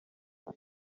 bibi